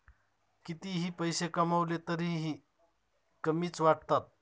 कितीही पैसे कमावले तरीही कमीच वाटतात